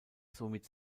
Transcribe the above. somit